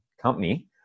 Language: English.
company